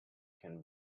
can